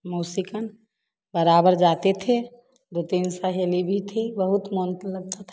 मौसी खिन बराबर जाते थे दो तीन सहेली भी थी बहुत मन लगता था